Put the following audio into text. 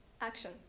Action